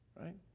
right